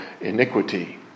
iniquity